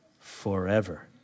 forever